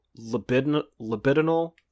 libidinal